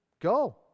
Go